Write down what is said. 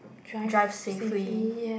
drive safely